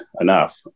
enough